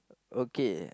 okay